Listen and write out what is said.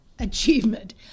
achievement